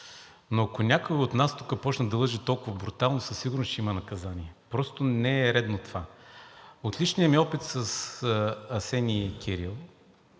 Но ако някой от нас тук започне да лъже толкова брутално, със сигурност ще има наказание. Просто не е редно това. От личния ми опит с Асен и Кирил,